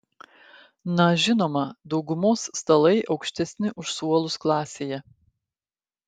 na žinoma daugumos stalai aukštesni už suolus klasėje